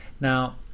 now